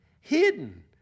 Hidden